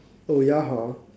oh ya hor